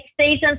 seasons